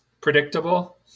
predictable